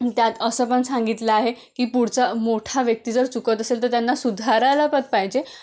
त्यात असं पण सांगितलं आहे की पुढचा मोठा व्यक्ती जर चुकत असेल तर त्यांना सुधारायला पण पाहिजे